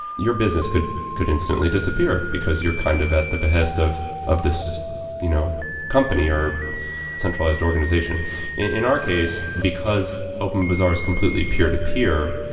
your business could could instantly disappear, because you're kind of at the behest of of this you know company or centralized organization in our case, because openbazaar is completely peer-to-peer,